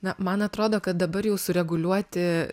na man atrodo kad dabar jau sureguliuoti